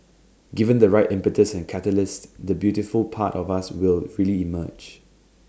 given the right impetus and catalyst the beautiful part of us will really emerge